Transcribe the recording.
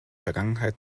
vergangenheit